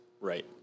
Right